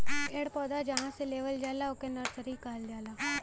पेड़ पौधा जहां से लेवल जाला ओके नर्सरी कहल जाला